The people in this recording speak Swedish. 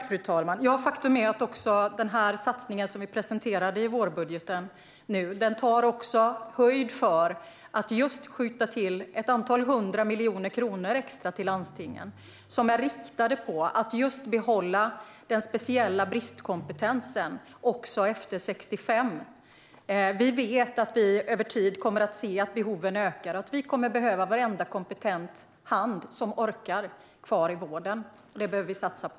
Fru talman! Satsningen som vi presenterade i vårbudgeten tar också höjd för att just skjuta till ett antal hundra miljoner kronor extra till landstingen. De är riktade för att behålla just den speciella bristkompetensen, också efter 65. Vi vet att behoven kommer att öka över tid. Vi kommer att behöva ha kvar varenda kompetent hand som orkar i vården. Och det behöver vi satsa på.